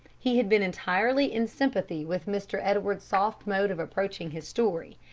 he had been entirely in sympathy with mr. edwards's soft mode of approaching his story.